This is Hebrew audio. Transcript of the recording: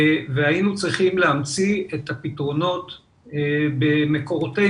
והיינו צריכים להמציא את הפתרונות במקורותינו,